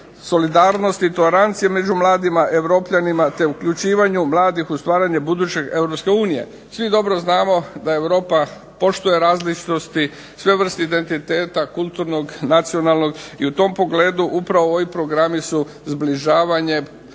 solidarnosti i tolerancije među mladima, Europljanima te uključivanju mladih u stvaranje buduće Europske unije. Svi dobro znamo da Europa poštuje različitosti, sve vrst identiteta, kulturnog, nacionalnog i u tom pogledu upravo ovi programi su zbližavanje,